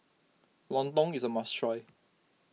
Lontong is a must try